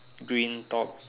green top